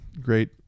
great